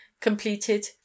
completed